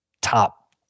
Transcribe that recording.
top